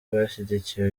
bashyigikiye